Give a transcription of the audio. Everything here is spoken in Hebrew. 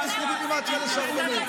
אפס לגיטימציה לסרבנות.